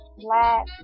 flat